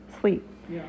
sleep